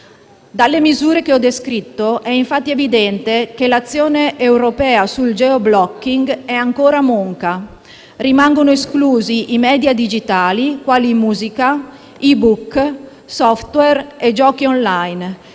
Dalle misure che ho descritto, è infatti evidente che l'azione europea sul *geoblocking* è ancora monca: rimangono esclusi i media digitali quali musica, *e-book*, *software* e giochi *online*